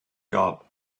job